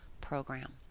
program